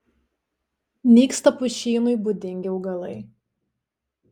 nyksta pušynui būdingi augalai